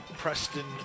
Preston